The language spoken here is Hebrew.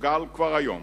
מסוגל כבר היום